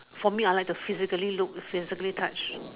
for me I like to physically look physically touch